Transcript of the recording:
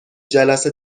جلسه